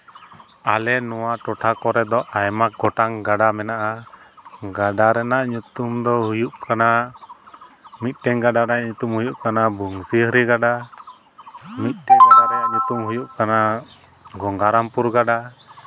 ᱟᱞᱮ ᱱᱚᱣᱟ ᱴᱚᱴᱷᱟ ᱠᱚᱨᱮ ᱫᱚ ᱟᱭᱢᱟ ᱜᱚᱴᱟᱝ ᱜᱟᱰᱟ ᱢᱮᱱᱟᱜᱼᱟ ᱜᱟᱰᱟ ᱨᱮᱱᱟᱜ ᱧᱩᱛᱩᱢ ᱫᱚ ᱦᱩᱭᱩᱜ ᱠᱟᱱᱟ ᱢᱤᱫᱴᱮᱱ ᱜᱟᱰᱟ ᱨᱮᱭᱟᱜ ᱧᱩᱛᱩᱢ ᱦᱩᱭᱩᱜ ᱠᱟᱱᱟ ᱵᱚᱝᱥᱤ ᱦᱚᱨᱤ ᱜᱟᱰᱟ ᱢᱤᱫᱴᱮᱱ ᱜᱟᱰᱟ ᱨᱮᱭᱟᱜ ᱧᱩᱛᱩᱢ ᱦᱩᱭᱩᱜ ᱠᱟᱱᱟ ᱜᱚᱝᱜᱟᱨᱟᱢᱯᱩᱨ ᱜᱟᱰᱟ